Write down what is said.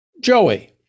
Joey